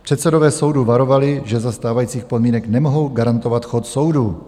Předsedové soudů varovali, že za stávajících podmínek nemohou garantovat chod soudů.